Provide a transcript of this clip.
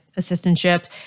assistantship